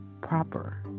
proper